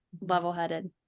level-headed